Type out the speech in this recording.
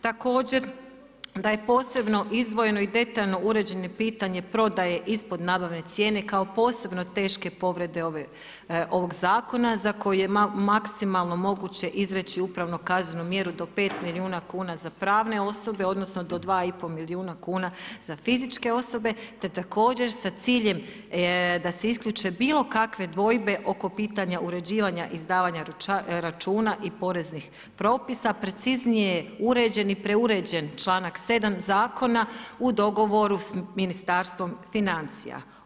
Također da je posebno izdvojeno i detaljno uređeno pitanje prodaje ispod nabavne cijene kao posebno teško povrede ovog zakona za koji je maksimalno moguće izreći upravnu kaznenu mjeru do 5 milijuna kuna za pravne osobe odnosno do 2,5 milijuna kuna za fizičke osobe te također sa ciljem da se isključe bilokakve dvojbe oko pitanja uređivanja izdavanja računa i poreznih propisa, preciznije uređen i preuređen članak 7. zakona u dogovoru sa Ministarstvom financija.